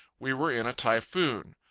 we were in a typhoon.